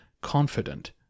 confident